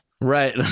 right